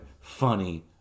funny